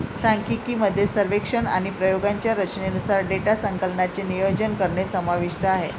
सांख्यिकी मध्ये सर्वेक्षण आणि प्रयोगांच्या रचनेनुसार डेटा संकलनाचे नियोजन करणे समाविष्ट आहे